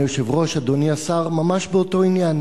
אדוני היושב-ראש, אדוני השר, ממש באותו עניין,